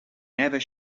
never